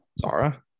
Zara